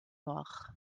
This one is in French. noir